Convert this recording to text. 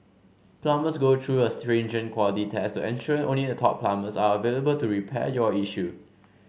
plumbers go through a stringent quality test to ensure only a top plumbers are available to repair your issue